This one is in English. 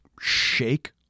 shake